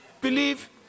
believe